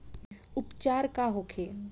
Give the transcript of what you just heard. उपचार का होखे?